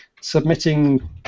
submitting